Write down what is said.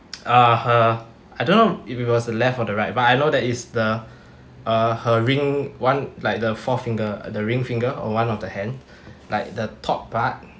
uh her I don't know if it was the left or the right but I know that is the uh her ring one like the fourth finger the ring finger on one of the hand like the top part